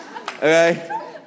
Okay